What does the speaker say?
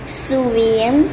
swim